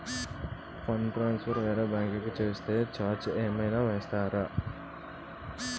Fund transfer వేరే bank కి చేస్తే ఛార్జ్ ఏమైనా వేస్తారా?